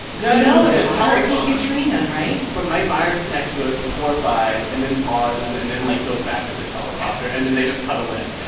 no, it was hurricane katrina, right? but mike myers is next to it, was horrified and then pauses and then, like, goes back to the teleprompter. and then they just cut away